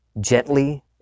gently